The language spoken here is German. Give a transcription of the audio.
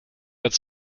als